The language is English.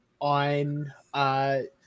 on